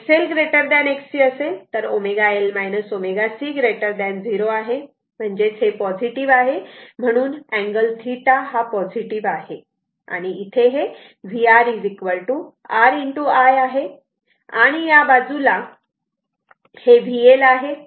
जर XL Xc असेल तर ω L ω C 0 आहे म्हणजेच हे पॉझिटिव्ह आहे आणि म्हणून अँगल θ पॉझिटिव आहे आणि इथे vR R I आहे या आणि या बाजूला हे VL आहे